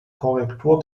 korrektur